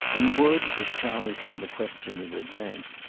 and would, if challenged on the question in advance,